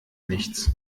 nichts